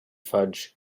fudge